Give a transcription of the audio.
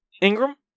Ingram